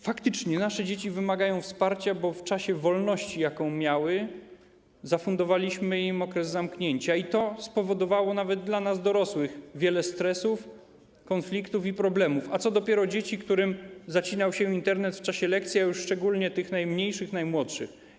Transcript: Faktycznie nasze dzieci wymagają wsparcia, bo w czasie wolności, jaką miały, zafundowaliśmy im okres zamknięcia i to spowodowało nawet dla nas, dorosłych, wiele stresów, konfliktów i problemów, a co dopiero dla dzieci, którym zacinał się Internet w czasie lekcji, a już szczególnie dla tych najmniejszych, najmłodszych.